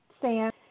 Sam